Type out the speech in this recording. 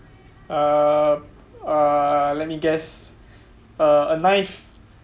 err err let me guess uh a knife